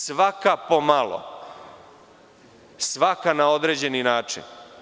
Svaka po malo, svaka na određeni način.